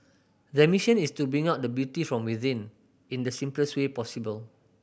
their mission is to bring out the beauty from within in the simplest way possible